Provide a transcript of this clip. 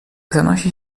zanosi